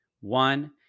One